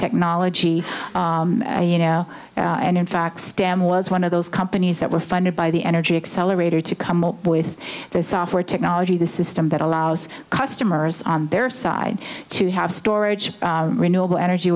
technology you know and in fact stem was one of those companies that were funded by the energy accelerator to come up with this software technology the system that allows customers on their side to have storage renewable energy